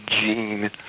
gene